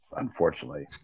unfortunately